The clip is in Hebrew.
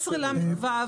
14 לו.